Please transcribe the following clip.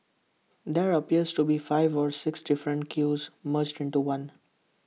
there appears to be five or six different queues merged into one